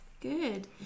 good